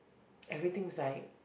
everything is like